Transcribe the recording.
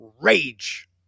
rage